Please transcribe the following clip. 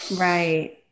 Right